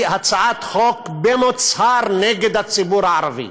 היא הצעת חוק במוצהר נגד הציבור הערבי.